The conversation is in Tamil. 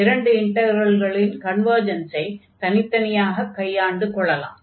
இரண்டு இன்டக்ரல்களின் கன்வர்ஜன்ஸைத் தனித்தனியாகக் கையாண்டு கொள்ளலாம்